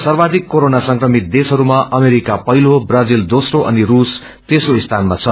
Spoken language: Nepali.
सद्मधिक कोरोना संक्रमित देशहरूमा अमेरिका पहिलो ब्राणिल दोस्नो अनि रूस तेस्नो स्थानमा छ